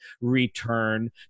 return